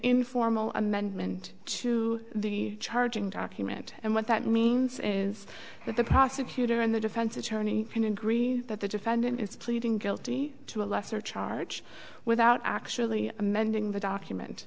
informal amendment to the charging document and what that means is that the prosecutor and the defense attorney can agree that the defendant is pleading guilty to a lesser charge without actually amending the document